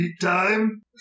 time